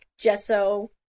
gesso